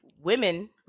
women